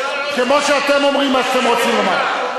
כמו שאתם אומרים מה שאתם רוצים לומר.